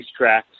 racetracks